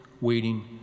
waiting